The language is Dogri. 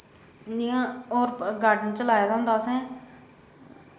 जि'यां और गार्डन च लाए दा होंदा असैं